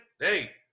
Hey